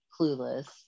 clueless